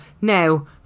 now